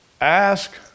Ask